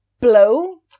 blow